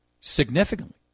significantly